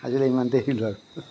আজিলৈ ইমানতে ৰাখিলোঁ আৰু